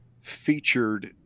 featured